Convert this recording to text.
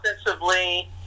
offensively